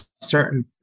certain